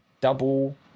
double